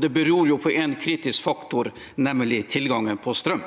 Det beror på én kritisk faktor, nemlig tilgangen på strøm.